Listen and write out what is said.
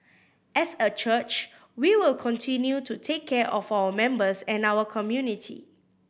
as a church we will continue to take care of our members and our community